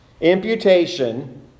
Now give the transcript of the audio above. imputation